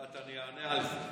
עוד מעט אני אענה על זה.